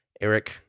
eric